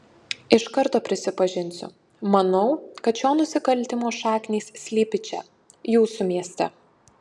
iš karto prisipažinsiu manau kad šio nusikaltimo šaknys slypi čia jūsų mieste